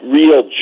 real